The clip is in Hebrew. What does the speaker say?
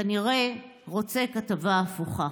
כנראה רוצה כתבה הפוכה'."